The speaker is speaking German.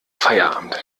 feierabend